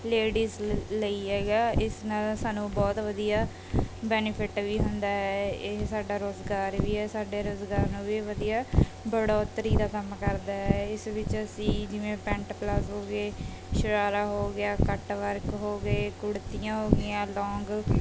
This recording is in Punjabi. ਲੇਡੀਜ ਲਈ ਹੈਗਾ ਇਸ ਨਾਲ ਸਾਨੂੰ ਬਹੁਤ ਵਧੀਆ ਬੈਨੀਫਿਟ ਵੀ ਹੁੰਦਾ ਹੈ ਇਹ ਸਾਡਾ ਰੁਜ਼ਗਾਰ ਵੀ ਹੈ ਸਾਡੇ ਰੁਜ਼ਗਾਰ ਨੂੰ ਵੀ ਵਧੀਆ ਬਡੋਤਰੀ ਦਾ ਕੰਮ ਕਰਦਾ ਇਸ ਵਿੱਚ ਅਸੀਂ ਜਿਵੇਂ ਪੈਂਟ ਪਲਾਜੋ ਹੋ ਗਏ ਸ਼ਰਾਰਾ ਹੋ ਗਿਆ ਕੱਟ ਵਰਕ ਹੋ ਗਏ ਕੁੜਤੀਆਂ ਹੋ ਗਈਆਂ ਲੋਂਗ